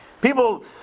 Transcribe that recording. People